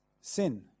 Sin